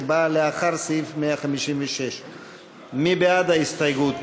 שבאה לאחר סעיף 156. מי בעד ההסתייגות?